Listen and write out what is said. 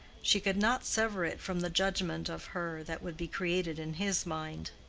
she could not sever it from the judgment of her that would be created in his mind.